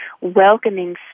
welcoming